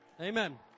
Amen